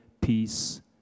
peace